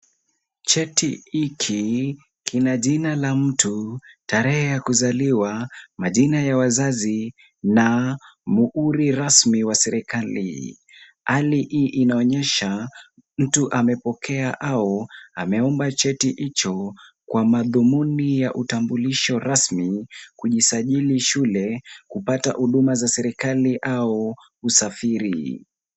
Cheti hiki kina jina la mtu, tarehe ya kuzaliwa, majina ya wazazi na muhuri rasmi wa serikali. Hali hii inaonyesha mtu amepokea au ameomba cheti hicho, kwa madhumuni ya utambulisho rasmi kujisajili shule, kupata huduma za serikali au usafiri.